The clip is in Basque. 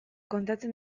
kontatzen